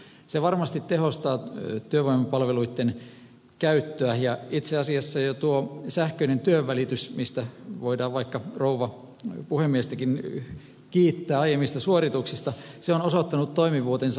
se varmasti tehostaa työvoimapalveluitten käyttöä ja itse asiassa jo tuo sähköinen työnvälitys mistä voidaan vaikka rouva puhemiestäkin kiittää aiemmista suorituksista on osoittanut toimivuutensa